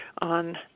on